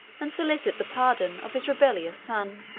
and solicit the pardon, of his rebellious son.